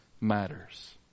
matters